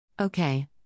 Okay